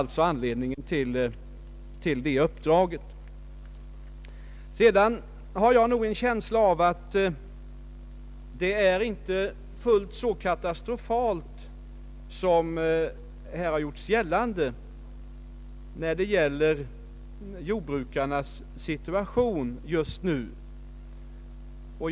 Det var anledningen till Kungl. Maj:ts uppdrag åt statens jordbruksnämnd och statistiska centralbyrån. Jag har en känsla av att jordbrukets situation just nu inte är fullt så katastrofal som här har gjorts gällande.